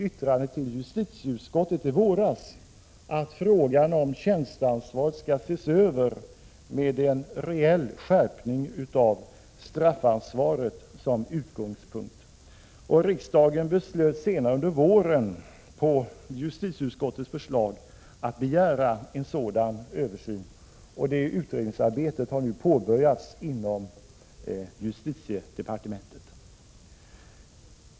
yttrande till justitieutskottet i våras att frågan om tjänsteansvaret skall ses över, med en reell skärpning av straffansvaret som utgångspunkt. Riksdagen beslöt senare under våren på justitieutskottets förslag att begära en sådan översyn. Utredningsarbetet har nu påbörjats inom justitiedepartementet.